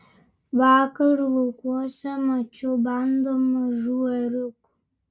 vakar laukuose mačiau bandą mažų ėriukų